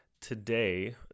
today